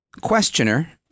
questioner